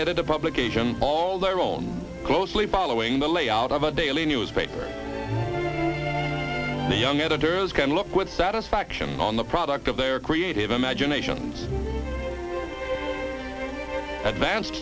editor publication all their own closely following the layout of a daily newspaper the young editors can look with satisfaction on the product of their creative imagination advanced